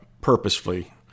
purposefully